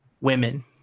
women